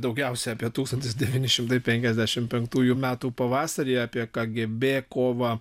daugiausia apie tūkstantis devyni šimtai penkiasdešimt penktųjų metų pavasarį apie kgb kovą